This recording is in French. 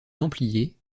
templiers